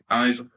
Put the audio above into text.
eyes